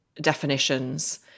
definitions